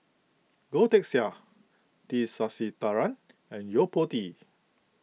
Goh Teck Sian T Sasitharan and Yo Po Tee